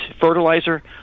fertilizer